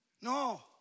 No